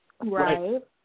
Right